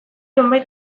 nonbait